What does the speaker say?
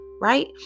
right